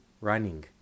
running